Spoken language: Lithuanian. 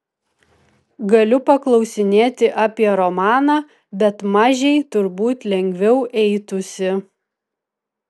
galiu paklausinėti apie romaną bet mažei turbūt lengviau eitųsi